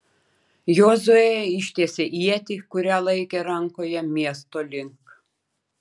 jozuė ištiesė ietį kurią laikė rankoje miesto link